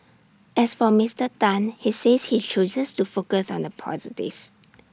as for Mister Tan he says he chooses to focus on the positive